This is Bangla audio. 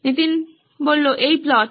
নীতিন এই প্লট